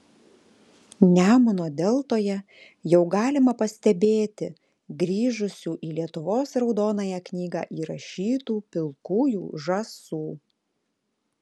nemuno deltoje jau galima pastebėti grįžusių į lietuvos raudonąją knygą įrašytų pilkųjų žąsų